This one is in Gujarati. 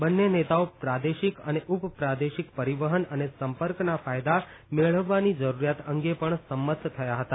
બંને નેતાઓ પ્રાદેશિક અને ઉપપ્રાદેશિક પરિવહન અને સંપર્કના ફાયદા મેળવવાની જરૂરિયાત અંગે પણ સંમત થયા હતા